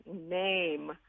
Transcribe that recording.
name